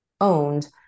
owned